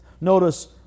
Notice